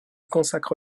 consacre